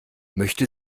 möchte